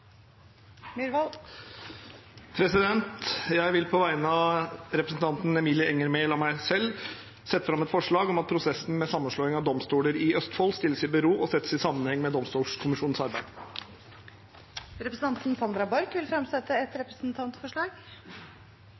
Jeg vil på vegne av representanten Emilie Enger Mehl og meg selv sette fram et representantforslag om at prosessen med sammenslåing av domstoler i Østfold stilles i bero og settes i sammenheng med Domstolkommisjonens arbeid. Representanten Sandra Borch vil fremsette et representantforslag.